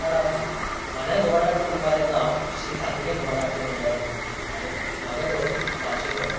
घुमट आरती म्हाज्या घुमट आरती ग्रुपाचें नांव श्री सांतेरी घुमट आरती मंडळ आनी म्हाजो ग्रूप म्हापशेंचो